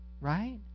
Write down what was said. right